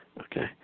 Okay